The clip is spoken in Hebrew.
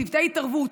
צוותי התערבות,